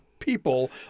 people